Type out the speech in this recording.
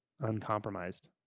uncompromised